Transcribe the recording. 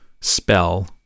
spell